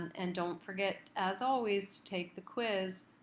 and don't forget, as always, to take the quiz.